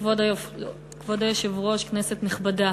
כבוד היושב-ראש, כנסת נכבדה,